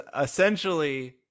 essentially